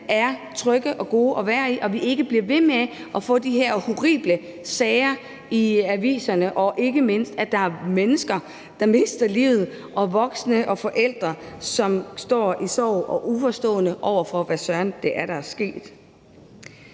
er trygge og gode at være i, og at vi ikke bliver ved med at få de her horrible sager i aviserne, og ikke mindst, at der er mennesker, der mister livet, og at der er voksne og forældre, som står i sorg og er uforstående over for, hvad søren der er sket.